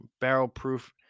barrel-proof